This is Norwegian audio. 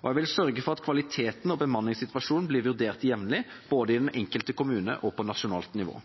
og jeg vil sørge for at kvaliteten og bemanningssituasjonen blir vurdert jevnlig, både i den enkelte kommune og på nasjonalt nivå.